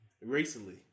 recently